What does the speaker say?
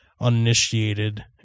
uninitiated